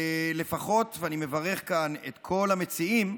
ולפחות, ואני מברך כאן את כל המציעים,